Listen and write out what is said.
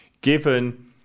given